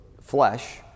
flesh